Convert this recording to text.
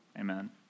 Amen